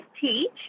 teach